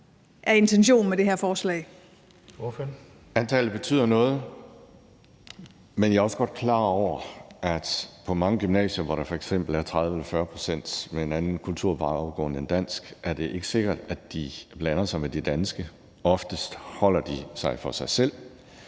12:32 Alex Ahrendtsen (DF): Antallet betyder noget. Men jeg er også godt klar over, at på mange gymnasier, hvor der f.eks. er 30 eller 40 pct. med en anden kulturbaggrund end dansk, er det ikke sikkert, at de blander sig med de danske. Oftest holder de sig for sig selv.